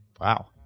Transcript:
wow